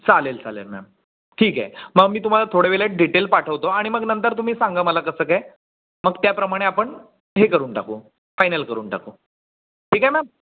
चालेल चालेल मॅम ठीक आहे मग मी तुम्हाला थोड्या वेळात डिटेल पाठवतो आणि मग नंतर तुम्ही सांगा मला कसं काय मग त्याप्रमाणे आपण हे करून टाकू फायनल करून टाकू ठीक आहे मॅम